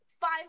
five